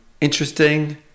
interesting